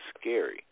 scary